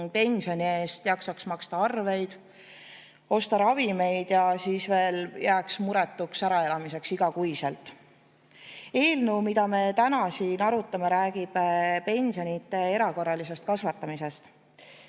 pensioni eest jaksaks maksta arveid, osta ravimeid ja siis jääks iga kuu midagi muretuks äraelamiseks. Eelnõu, mida me täna siin arutame, räägib pensionide erakorralisest kasvatamisest.